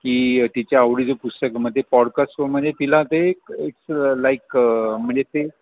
की तिच्या आवडीचे पुस्तकं मग ते पॉडकास्टवर मध्ये तिला ते एक लाईक म्हणजे ते